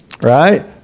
right